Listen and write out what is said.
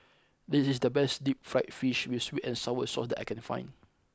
this is the best Deep Fried Fish with Sweet and Sour Sauce that I can find